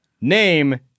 Name